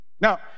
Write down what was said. Now